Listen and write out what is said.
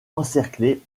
encerclée